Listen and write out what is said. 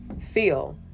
feel